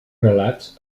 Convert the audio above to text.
relats